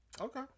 Okay